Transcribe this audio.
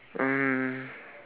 um